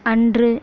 அன்று